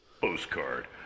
Postcard